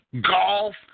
golf